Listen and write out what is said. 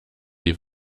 die